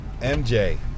MJ